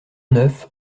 neuf